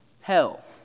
hell